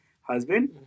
husband